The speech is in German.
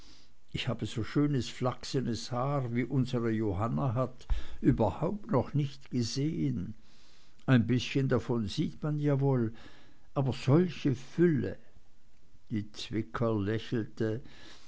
ich habe so schönes flachsenes haar wie unsere johanna hat überhaupt noch nicht gesehen ein bißchen davon sieht man ja wohl aber solche fülle die zwicker lächelte